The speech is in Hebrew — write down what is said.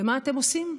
ומה אתם עושים?